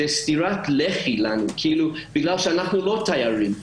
זאת סטירת לחי לנו כי אנחנו לא תיירים.